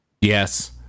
Yes